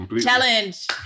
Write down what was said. Challenge